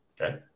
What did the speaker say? okay